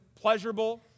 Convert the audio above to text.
pleasurable